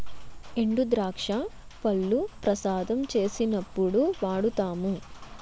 ఎండుద్రాక్ష పళ్లు ప్రసాదం చేసినప్పుడు వాడుతాము